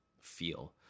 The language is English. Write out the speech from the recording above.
feel